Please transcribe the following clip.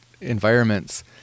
environments